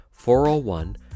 401